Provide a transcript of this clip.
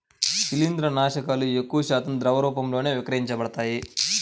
శిలీంద్రనాశకాలు ఎక్కువశాతం ద్రవ రూపంలోనే విక్రయించబడతాయి